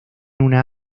una